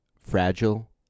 fragile